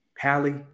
Pally